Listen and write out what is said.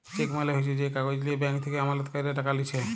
check মালে হচ্যে যে কাগজ লিয়ে ব্যাঙ্ক থেক্যে আমালতকারীরা টাকা লিছে